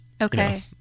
Okay